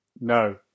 No